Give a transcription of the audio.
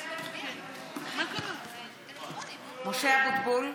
(קוראת בשמות חברי הכנסת) משה אבוטבול,